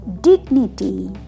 dignity